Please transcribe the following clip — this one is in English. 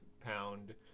pound